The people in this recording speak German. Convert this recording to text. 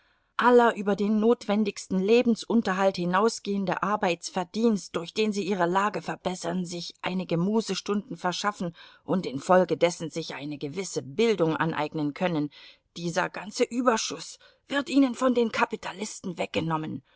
aller über den notwendigsten lebensunterhalt hinausgehende arbeitsverdienst durch den sie ihre lage verbessern sich einige mußestunden verschaffen und infolgedessen sich eine gewisse bildung aneignen können dieser ganze überschuß wird ihnen von den kapitalisten weggenommen